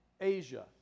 Asia